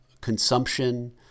consumption